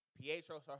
Pietro